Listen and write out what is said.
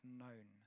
known